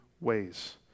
ways